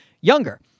younger